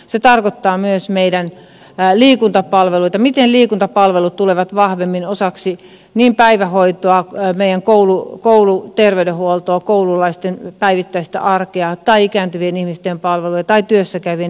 se tarkoittaa myös meidän liikuntapalveluita miten liikuntapalvelut tulevat vahvemmin osaksi päivähoitoa meidän kouluterveydenhuoltoa koululaisten päivittäistä arkea tai ikääntyvien ihmisten palveluja tai työssä käyvien ihmisten palveluja